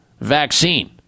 vaccine